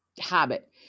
habit